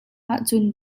ahcun